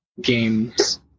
games